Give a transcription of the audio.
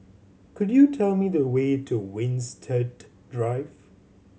could you tell me the way to Winstedt Drive